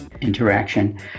interaction